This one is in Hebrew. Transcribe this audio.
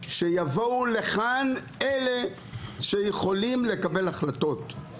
שיבואו לכאן אלה שיכולים לקבל החלטות,